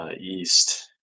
east